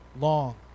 long